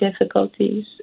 difficulties